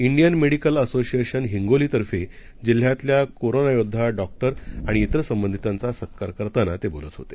Indian Medical Association हिंगोलीतर्फे जिल्ह्यातल्या corona योद्वा डॉक्टर आणि इतर संबंधितांचा सत्कार करताना ते बोलत होते